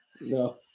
No